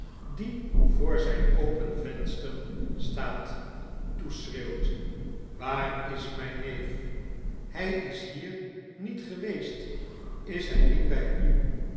die voor zfln open venster staat toeschreeuwt waar is mfln neef hfl is hier niet geweest is hfl niet bflu